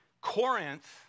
Corinth